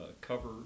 cover